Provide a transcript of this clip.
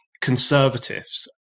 conservatives